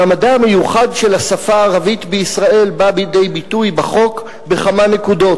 מעמדה המיוחד של השפה הערבית בישראל בא לידי ביטוי בחוק בכמה נקודות.